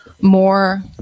more